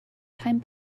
time